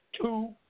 Two